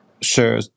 Sure